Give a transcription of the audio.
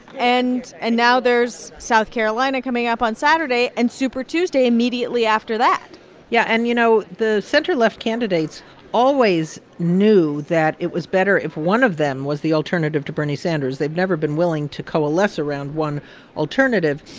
and and now there's south carolina coming up on saturday and super tuesday immediately after that yeah. and, you know, the center-left candidates always knew that it was better if one of them was the alternative to bernie sanders. they've never been willing to coalesce around one alternative,